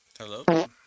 Hello